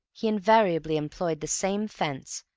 he invariably employed the same fence,